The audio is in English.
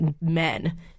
men